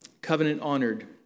Covenant-honored